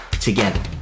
together